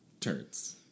turds